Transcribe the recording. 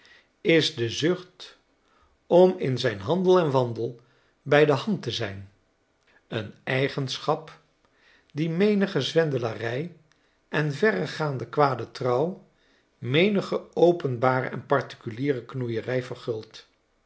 is de zucht om in zijn handel en wandel bij de hand te zijn een eigenschap die menige zwendelarij en verregaande kwade trouw menige openbare en particuliere knoeierij